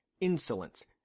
insolence